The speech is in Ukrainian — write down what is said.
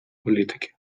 політики